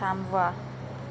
थांबवा